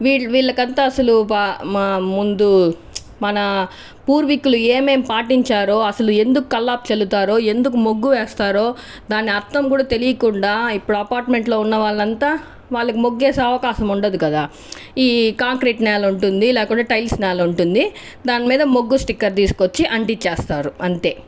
విళ్ళు విళ్ళకంతా అసలు మా ముందు మన పూర్వికులు ఏమేమి పాటించారో అసలు ఎందుకు కల్లాపి చల్లుతారో ఎందుకు ముగ్గు వేస్తారో దాని అర్థం కూడా తెలియకుండా ఇప్పుడు అపార్ట్మెంట్స్లో ఉన్నవాళ్ళూ అంత వాళ్ళకి ముగ్గు వేసే అవకాశం ఉండదు కదా ఈ కాంక్రీట్ నేల ఉంటుంది లేకుంటే టైల్స్ నేల ఉంటుంది దానిమిద ముగ్గ స్టిక్కర్ తీసుకువచ్చి అంటీంచేస్తారు అంతే